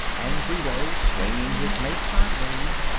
and guido, swinging his mace sideways,